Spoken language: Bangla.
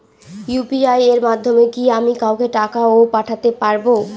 ইউ.পি.আই এর মাধ্যমে কি আমি কাউকে টাকা ও পাঠাতে পারবো?